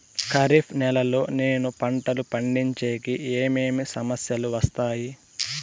ఖరీఫ్ నెలలో నేను పంటలు పండించేకి ఏమేమి సమస్యలు వస్తాయి?